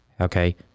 okay